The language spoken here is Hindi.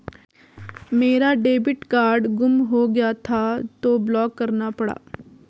मेरा डेबिट कार्ड गुम हो गया था तो ब्लॉक करना पड़ा